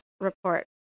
report